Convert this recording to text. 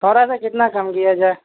کہہ رہا تھا کتنا کم کیا جائے